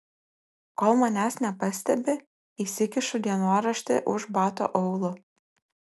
kol manęs nepastebi įsikišu dienoraštį už bato aulo